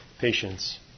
patients